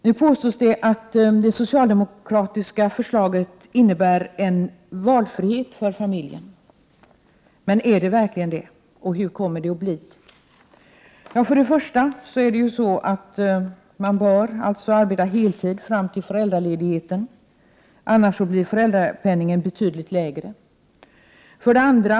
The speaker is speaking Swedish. Nu påstås det att det socialdemokratiska förslaget innebär valfrihet för familjen. Är det verkligen så? Hur kommer det att bli? 1. Först och främst bör man alltså arbeta heltid fram till föräldraledigheten, annars blir föräldrapenningen betydligt lägre. 2.